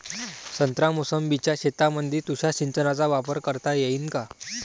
संत्रा मोसंबीच्या शेतामंदी तुषार सिंचनचा वापर करता येईन का?